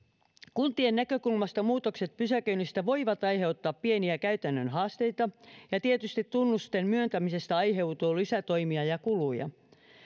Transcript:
kuntien näkökulmasta muutokset pysäköinnissä voivat aiheuttaa pieniä käytännön haasteita ja tietysti tunnusten myöntämisestä aiheutuu lisätoimia ja kuluja